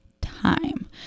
time